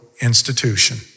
institution